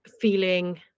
feeling